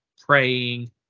praying